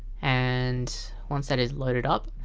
and once that is loaded up,